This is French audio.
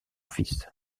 fils